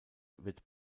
wird